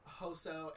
Hoso